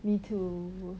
me too